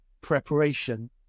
preparation